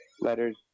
letters